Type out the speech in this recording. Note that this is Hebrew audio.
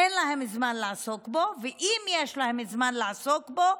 אין להם זמן לעסוק בו, ואם יש להם זמן לעסוק בו,